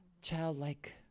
childlike